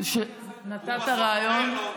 נתת רעיון.